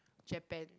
Japan